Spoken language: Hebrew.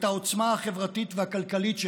את העוצמה החברתית והכלכלית שלנו.